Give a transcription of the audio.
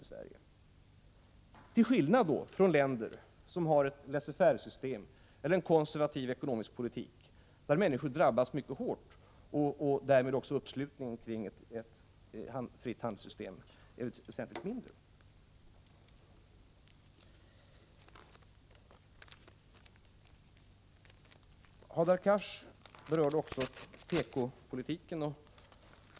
Här finns det en skillnad mot förhållandena i länder med ett laissez-faire-system eller en konservativ ekonomisk politik, där människor drabbas mycket hårt med påföljd att uppslutningen kring ett fritt handelssystem blir mycket mindre. Hadar Cars berörde också tekopolitiken.